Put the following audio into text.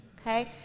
Okay